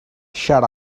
shut